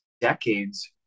decades